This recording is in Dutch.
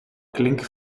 klink